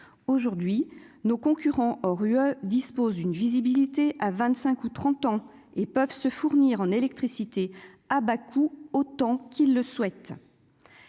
aujourd'hui nos concurrents hors UE dispose une visibilité à 25 ou 30 ans, et peuvent se fournir en électricité à Bakou, autant qu'il le souhaite,